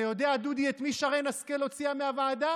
אתה יודע, דודי, את מי שרן השכל הוציאה מהוועדה